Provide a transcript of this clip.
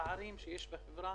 הפערים שיש בחברה